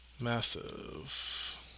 Massive